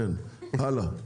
סיימת, אמרתי.